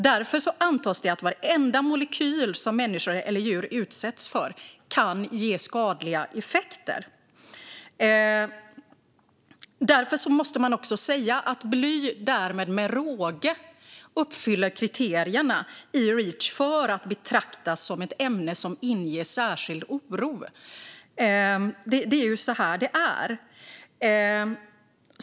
Därför antas det att varenda molekyl som människor eller djur utsätts för kan ge skadliga effekter. Därmed måste man säga att bly med råge uppfyller kriterierna i Reach för att betraktas som ett ämne som inger särskild oro. Det är ju så det är.